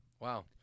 Wow